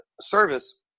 service